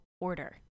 order